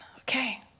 okay